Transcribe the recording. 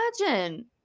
imagine